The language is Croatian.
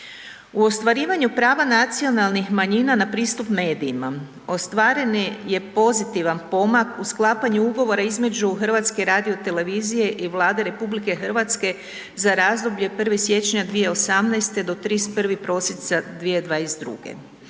U ostvarivanju prava nacionalnih manjina na pristup medijima ostvaren je pozitivan pomak u sklapanju ugovora između HRT-a i Vlade RH za razdoblje 1. siječnja 2018. do 31. prosinca 2022.g.